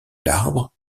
l’arbre